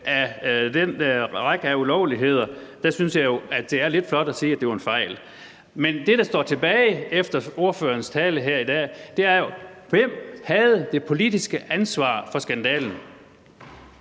Med den række af ulovligheder synes jeg det er lidt flot at sige at det var en fejl. Men det, der står tilbage efter ordførerens tale her i dag, er: Hvem havde det politiske ansvar for skandalen?